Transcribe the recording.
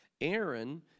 Aaron